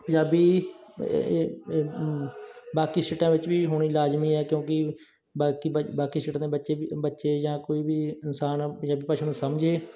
ਪੰਜਾਬੀ ਬਾਕੀ ਸਟੇਟਾਂ ਵਿੱਚ ਵੀ ਹੋਣੀ ਲਾਜ਼ਮੀ ਹੈ ਕਿਉਂਕਿ ਬਾਕੀ ਬ ਬਾਕੀ ਸਟੇਟਾਂ ਦੇ ਬੱਚੇ ਬ ਬੱਚੇ ਜਾਂ ਕੋਈ ਵੀ ਇਨਸਾਨ ਪੰਜਾਬੀ ਭਾਸ਼ਾ ਨੂੰ ਸਮਝੇ